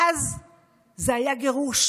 אז זה היה גירוש,